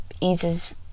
eases